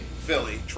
Philly